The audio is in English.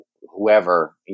whoever